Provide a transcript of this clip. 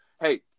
hey